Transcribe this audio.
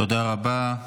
תודה רבה.